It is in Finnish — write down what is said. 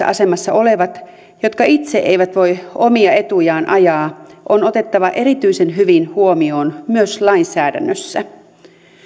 asemassa olevat jotka itse eivät voi omia etujaan ajaa on otettava erityisen hyvin huomioon myös lainsäädännössä